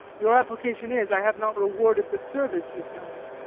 your application is, i have not rewarded the service you have done me.